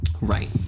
Right